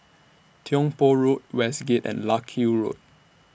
Tiong Poh Road Westgate and Larkhill Road